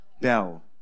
bell